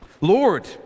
Lord